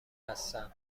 هستند